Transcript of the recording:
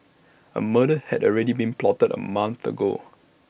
A murder had already been plotted A month ago